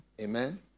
Amen